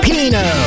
Pino